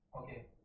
Okay